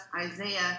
Isaiah